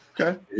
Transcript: Okay